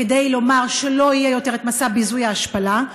כדי לומר שלא יהיה יותר מסע ביזוי והשפלה?